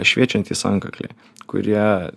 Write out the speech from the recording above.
šviečiantys antkakliai kurie